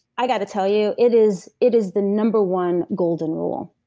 i got to tell you, it is it is the number one golden rule.